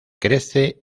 crece